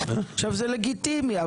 זה לגיטימי.